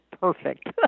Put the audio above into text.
perfect